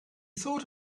thought